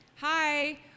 Hi